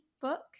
book